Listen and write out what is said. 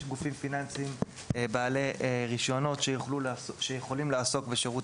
יש גופים פיננסיים בעלי רישיונות שיכולים לעסוק בשירות